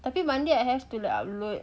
tapi monday I have to like upload